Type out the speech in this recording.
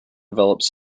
developed